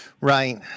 Right